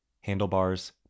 Handlebars